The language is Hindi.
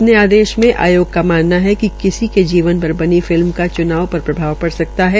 अपने आदेश में आयोग का मानना है कि किसी के जीवन पर बनी फिल्म का च्नाव पर प्रभाव पड़ सकता है